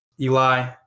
Eli